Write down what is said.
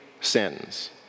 sins